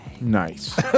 Nice